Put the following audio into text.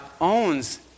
owns